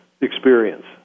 experience